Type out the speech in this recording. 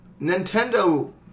Nintendo